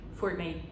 Fortnite